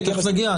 תיכף נגיע.